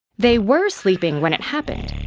they were sleeping when it happened,